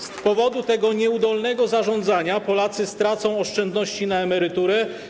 Z powodu tego nieudolnego zarządzania Polacy stracą oszczędności na emerytury.